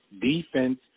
Defense